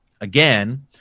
Again